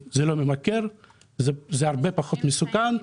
נזק ללב ולכלי הדם,